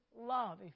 love